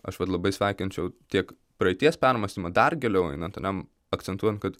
aš vat labai sveikinčiau tiek praeities permąstymą dar giliau einant ar ne akcentuojant kad